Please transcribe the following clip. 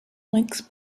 links